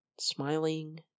smiling